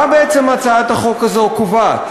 מה בעצם הצעת החוק הזאת קובעת?